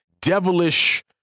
devilish